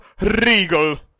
Regal